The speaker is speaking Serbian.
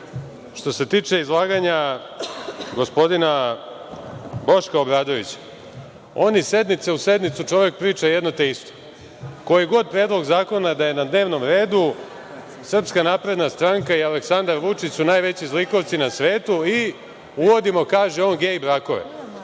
se tiče izlaganja gospodina Boška Obradovića, on iz sednice u sednicu čovek priča jedno te isto. Koji god predlog zakona da je na dnevnom redu, SNS i Aleksandar Vučić su najveći zlikovci na svetu i uvodimo, kaže on, gej